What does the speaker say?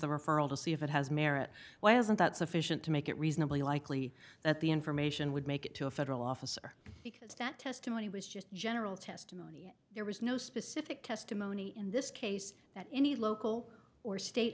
the referral to see if it has merit why isn't that sufficient to make it reasonably likely that the information would make it to a federal officer because that testimony was just general testimony there was no specific testimony in this case that any local or state